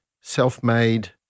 self-made